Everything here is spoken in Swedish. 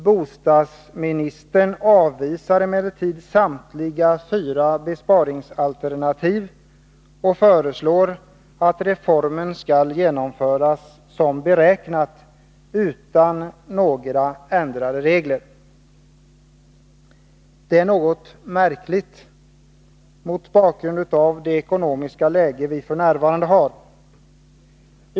Bostadsministern avvisar emellertid samtliga fyra besparingsalternativ och föreslår att reformen skall genomföras som beräknat, utan några ändrade regler. Det är något märkligt mot bakgrund av det ekonomiska läge vi f. n. har.